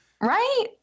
Right